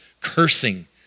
cursing